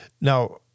Now